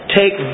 take